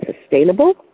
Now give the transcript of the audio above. sustainable